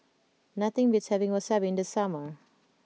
nothing beats having Wasabi in the summer